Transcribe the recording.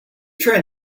trying